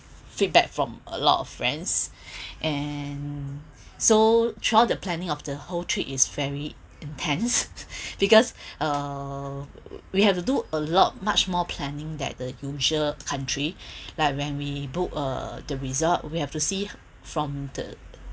feedback from a lot of friends and so throughout the planning of the whole trip is very intense because uh we have to do a lot much more planning that the usual country like when we book uh the result we have to see from the